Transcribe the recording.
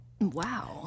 wow